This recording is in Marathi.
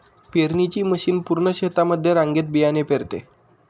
पेरणीची मशीन पूर्ण शेतामध्ये रांगेत बियाणे पेरते